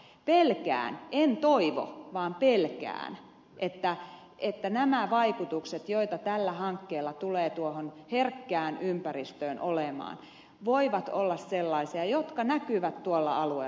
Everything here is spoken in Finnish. pelkään en toivo vaan pelkään että nämä vaikutukset joita tällä hankkeella tulee tuohon herkkään ympäristöön olemaan voivat olla sellaisia että ne näkyvät tuolla alueella pitkään